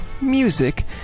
music